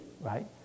Right